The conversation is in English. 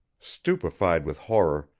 stupefied with horror,